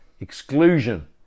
exclusion